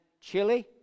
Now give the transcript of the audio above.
chili